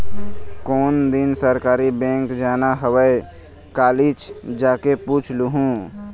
कोन दिन सहकारी बेंक जाना हवय, कालीच जाके पूछ लूहूँ